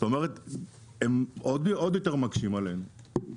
זאת אומרת הם עוד יותר מקשים עלינו,